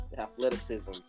athleticism